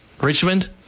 Richmond